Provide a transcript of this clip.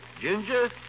Ginger